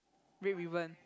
red ribbon